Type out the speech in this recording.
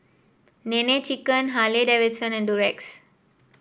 Nene Chicken Harley Davidson and Durex